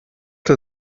der